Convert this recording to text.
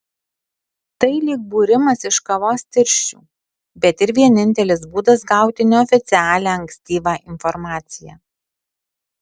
tai lyg būrimas iš kavos tirščių bet ir vienintelis būdas gauti neoficialią ankstyvą informaciją